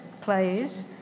plays